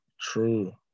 True